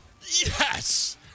Yes